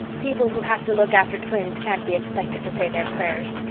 people who have to look after twins can't be expected to say their prayers.